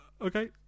okay